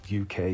UK